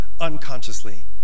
unconsciously